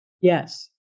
Yes